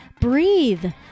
breathe